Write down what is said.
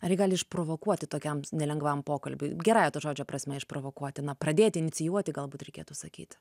ar ji gali išprovokuoti tokiam nelengvam pokalbiui gerąja to žodžio prasme išprovokuoti na pradėti inicijuoti galbūt reikėtų sakyti